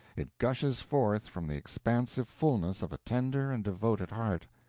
it gushes forth from the expansive fullness of a tender and devoted heart,